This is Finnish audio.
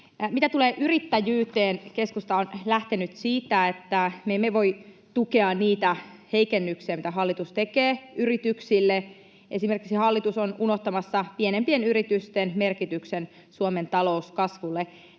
Mitä tulee yrittäjyyteen, keskusta on lähtenyt siitä, että me emme voi tukea niitä heikennyksiä, mitä hallitus tekee yrityksille. Hallitus on esimerkiksi unohtamassa pienempien yritysten merkityksen Suomen talouskasvulle.